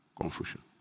Confusion